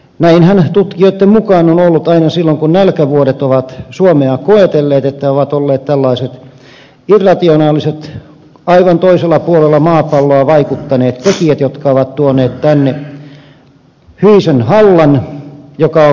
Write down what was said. näinhän tutkijoitten mukaan on ollut aina silloin kun nälkävuodet ovat suomea koetelleet että ovat olleet tällaiset irrationaaliset aivan toisella puolella maapalloa vaikuttaneet tekijät jotka ovat tuoneet tänne hyisen hallan joka on vienyt viljan